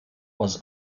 was